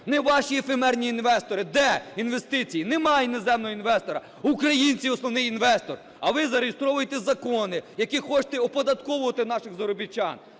не ваші ефемерні інвестори. Де інвестиції? Немає іноземного інвестора. Українці – основний інвестор, а ви зареєстровуєте закони, яким хочете оподатковувати наших заробітчан.